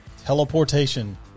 teleportation